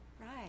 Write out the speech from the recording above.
right